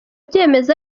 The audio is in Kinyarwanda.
byemezo